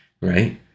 right